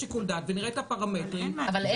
אם יש שיקול דעת ונראה את הפרמטרים --- בוודאי,